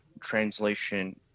translation